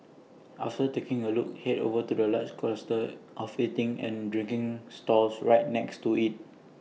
after taking A look Head over to the large cluster of eating and drinking stalls right next to IT